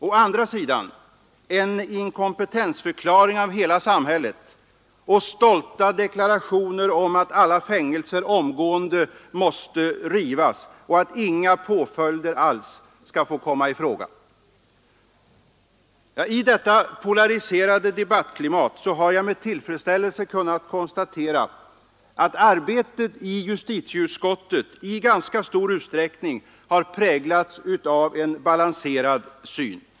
Å andra sidan en imkompetensförklaring av hela samhället och stolta deklarationer om att alla fängelser omgående måste rivas och att inga påföljder alls skall få komma i fråga. I detta polariserade debattklimat har jag med tillfredsställelse kunnat konstatera att arbetet i justitieutskottet i ganska stor utsträckning har präglats av en balanserad syn.